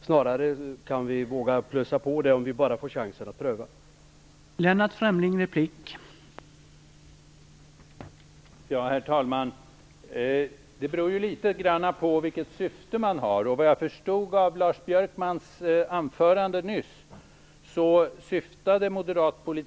Snarare kan vi våga plussa på, om chansen bara ges att pröva det här.